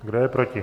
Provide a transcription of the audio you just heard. Kdo je proti?